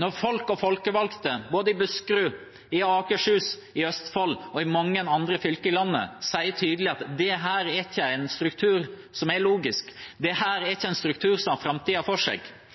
Når folk og folkevalgte, både i Buskerud, i Akershus, i Østfold og i mange andre fylker i landet, sier tydelig at dette ikke er en logisk struktur, at dette ikke er en struktur som har framtiden for seg